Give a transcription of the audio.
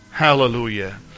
hallelujah